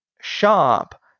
shop